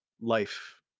life